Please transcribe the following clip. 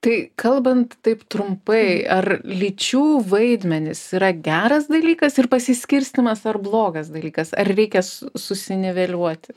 tai kalbant taip trumpai ar lyčių vaidmenys yra geras dalykas ir pasiskirstymas ar blogas dalykas ar reikia su susiniveliuoti